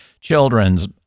children's